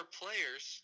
players